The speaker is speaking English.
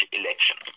election